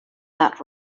that